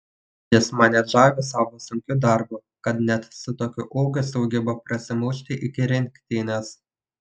jis mane žavi savo sunkiu darbu kad net su tokiu ūgiu sugeba prasimušti iki rinktinės